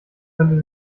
könnte